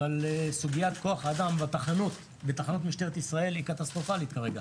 אבל סוגיית כוח האדם בתחנות משטרת ישראל היא קטסטרופלית כרגע.